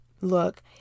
Look